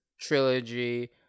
trilogy